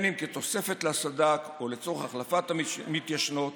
אם כתוספת לסד"כ ואם לצורך החלפת המתיישנות